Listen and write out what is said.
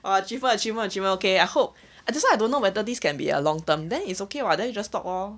!wah! achievement achievement achievement I hope this one I don't know whether this can be a long term then is okay what then you just talk lor